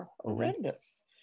horrendous